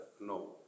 No